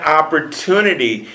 opportunity